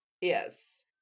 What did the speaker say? Yes